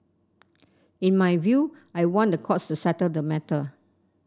in my view I want the courts to settle the matter